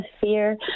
fear